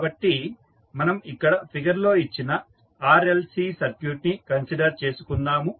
కాబట్టి మనం ఇక్కడ ఫిగర్ లో ఇచ్చిన RLC సర్క్యూట్ ని కన్సిడర్ చేసుకుందాము